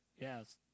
yes